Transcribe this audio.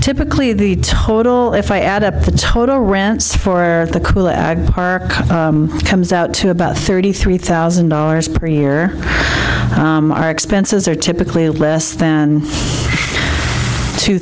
typically the total if i add up the total rants for the cool air comes out to about thirty three thousand dollars per year our expenses are typically less than two